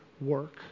work